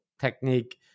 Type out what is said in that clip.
technique